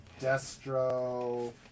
Destro